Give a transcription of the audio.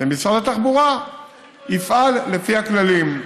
ומשרד התחבורה יפעל לפי הכללים.